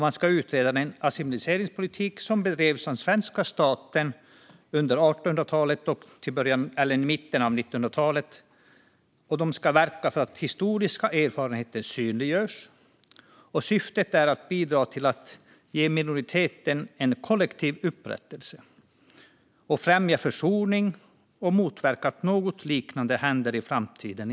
Man ska utreda den assimileringspolitik som bedrevs av svenska staten under 1800-talet och början av 1900-talet, och man ska verka för att historiska erfarenheter synliggörs. Syftet är att bidra till att ge minoriteter kollektiv upprättelse, främja försoning och motverka att något liknande händer i framtiden.